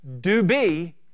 do-be